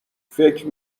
فکر